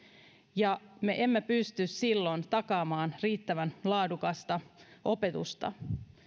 ja me emme pysty silloin takaamaan riittävän laadukasta opetusta